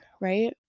right